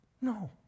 No